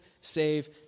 save